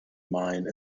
mine